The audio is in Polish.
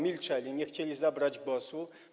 Milczeli, nie chcieli zabrać głosu.